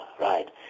right